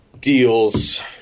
deals